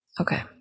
Okay